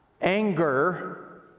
anger